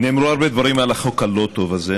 נאמרו הרבה דברים על החוק הלא-טוב הזה,